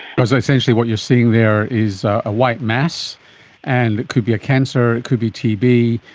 because essentially what you're seeing there is a white mass and it could be a cancer, it could be tb,